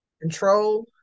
Control